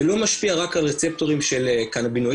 זה לא משפיע רק על רצפטורים של קנבינואידים,